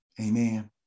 Amen